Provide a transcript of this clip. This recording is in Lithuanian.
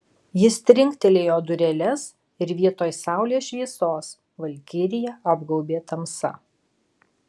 jis trinktelėjo dureles ir vietoj saulės šviesos valkiriją apgaubė tamsa